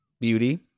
Beauty